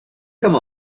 come